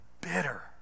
bitter